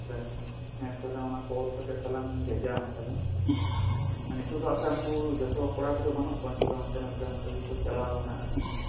ᱟᱪᱪᱷᱟ ᱟᱪᱪᱷᱟ ᱚᱱᱟ ᱠᱚ ᱚᱞ ᱠᱟᱛᱮ ᱛᱟᱦᱚᱞᱮ ᱟᱢ ᱤᱧ ᱵᱷᱮᱡᱟ ᱟᱢᱟ ᱛᱟᱦᱚᱞᱮ ᱱᱤᱛᱚ ᱫᱚ ᱟᱨ ᱵᱟᱠᱷᱟᱡ ᱡᱚᱛᱚ ᱠᱚᱲᱟ ᱠᱚᱫᱚ ᱵᱟᱹᱱᱩᱜ ᱠᱚᱣᱟ ᱱᱤᱛᱚᱜ ᱫᱚ ᱦᱟᱱᱛᱮ ᱱᱟᱛᱮ ᱚᱱᱠᱟ ᱜᱮᱠᱚ ᱪᱟᱞᱟᱣ ᱟᱠᱟᱱᱟ ᱟᱨᱠᱤ